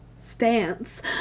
stance